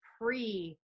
pre